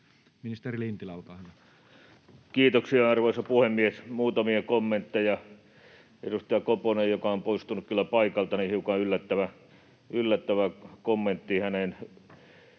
Ministeri Lintilä, olkaa hyvä. Kiitoksia, arvoisa puhemies! Muutamia kommentteja. Edustaja Koposelta — joka on poistunut kyllä paikalta — hiukan yllättävä kommentti, aika